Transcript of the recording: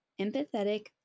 empathetic